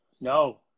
No